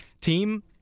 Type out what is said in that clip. team